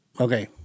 okay